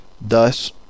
Thus